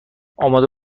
آماده